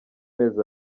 mezi